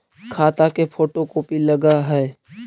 खाता के photo copy लगहै?